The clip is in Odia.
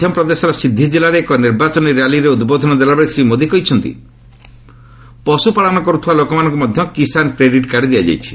ମଧ୍ୟପ୍ରଦେଶର ସିଦ୍ଧି ଜିଲ୍ଲାରେ ଏକ ନିର୍ବାଚନୀ ର୍ୟାଲିରେ ଉଦ୍ବୋଧନ ଦେଲାବେଳେ ଶ୍ରୀ ମୋଦି କହିଛନ୍ତି ପଶୁପାଳନ କର୍ତ୍ତିବା ଲୋକମାନଙ୍କୁ ମଧ୍ୟ କିଷାନ କ୍ରେଡିଟ୍ କାର୍ଡ଼ ଦିଆଯାଇଛି